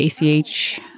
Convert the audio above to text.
ACH